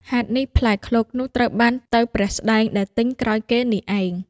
ហេតុនេះ ផ្លែឃ្លោកនោះត្រូវបានទៅព្រះស្ដែងដែលទិញក្រោយគេនេះឯង”។